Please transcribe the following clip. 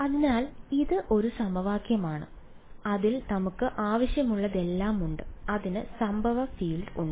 അതിനാൽ ഇത് ഒരു സമവാക്യമാണ് അതിൽ നമുക്ക് ആവശ്യമുള്ളതെല്ലാം ഉണ്ട് അതിന് സംഭവ ഫീൽഡ് ഉണ്ട്